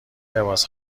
لباس